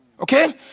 okay